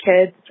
kids